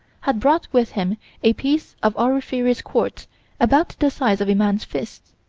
had brought with him a piece of auriferous quartz about the size of a man's fist.